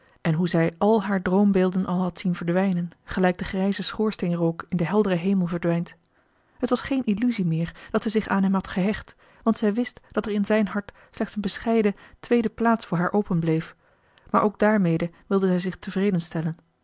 en hoe zij al haar droombeelden al had zien verdwijnen gelijk de grijze schoorsteenrook in den helderen hemel verdwijnt t was geen illusie meer dat zij zich aan hem had gehecht want zij wist dat er in zijn hart slechts een bescheiden tweede plaats voor haar openbleef maar ook daarmede wilde zij zich